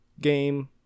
game